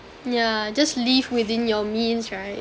yeah just live within your means right